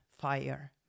fire